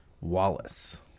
Wallace